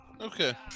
Okay